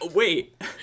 Wait